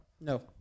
No